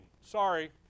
Sorry